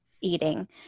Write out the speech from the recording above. eating